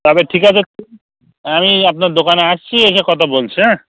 তবে ঠিক আছে একটু আমি আপনার দোকানে আসছি এসে কথা বলছি হ্যাঁ